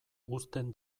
uzten